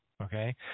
Okay